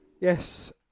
Yes